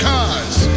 Cause